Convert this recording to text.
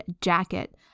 jacket